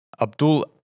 Abdul